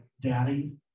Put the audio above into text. daddy